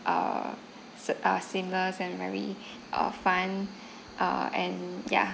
uh se~ uh seamless and very uh fun uh and ya